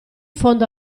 fondo